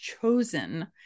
chosen